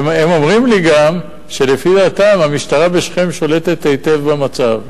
והם אומרים לי גם שלפי דעתם המשטרה בשכם שולטת היטב במצב.